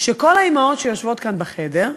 שכל האימהות שיושבות כאן בחדר,